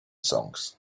songs